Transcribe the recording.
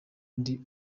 ndi